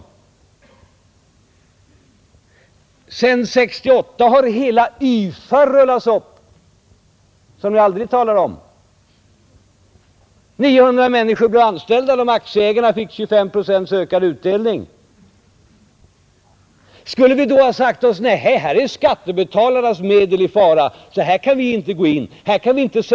Sedan 1968 har hela YFA rullats upp, som ni aldrig talar om. 900 människor blev friställda och aktieägarna fick 25 procents ökad utdelning. Skulle vi då ha resonerat som så: Nej, här är skattebetalarnas medel i fara, här kan vi inte sätta in samhällets resurser.